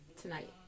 tonight